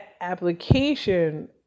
application